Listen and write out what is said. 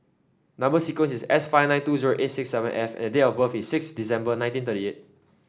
number sequence is S five nine two zero eight six seven F and date of birth is six December nineteen thirty eight